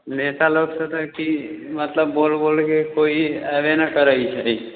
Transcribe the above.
नेता लोग मतलब बोलि बोलिके कोइ अएबे नहि करै छै